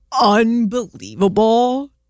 unbelievable